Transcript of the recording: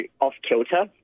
off-kilter